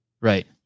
Right